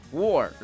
war